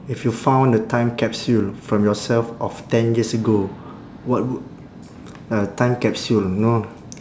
if you found a time capsule from yourself of ten years ago what w~ a time capsule you know